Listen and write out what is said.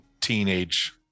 teenage